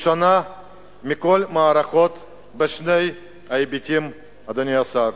היא שונה מכל המערכות בשני היבטים, אדוני השר.